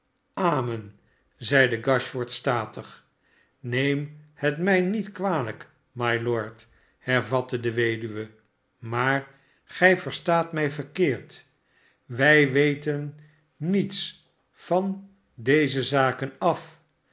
amen zeide gashford statig neem het mij niet kwalijk mylord hervatte de weduwe maar gij verstaat mij verkeerd wij weten niets van deze zaken af